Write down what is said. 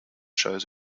shows